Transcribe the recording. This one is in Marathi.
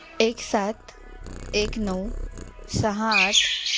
एक सात एक नऊ सहा आठ